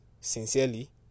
sincerely